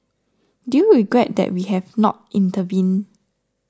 do you regret that we have not intervened